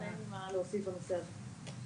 אין לי מה להוסיף בנושא הזה.